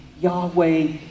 Yahweh